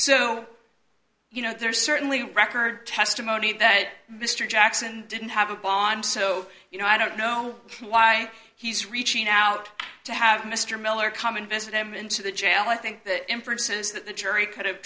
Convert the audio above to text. so you know there's certainly record testimony that mr jackson didn't have a bomb so you know i don't know why he's reaching out to have mr miller come and visit him into the jail i think the inferences that the jury could have